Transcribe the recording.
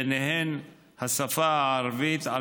ובהן השפה הערבית,